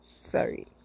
Sorry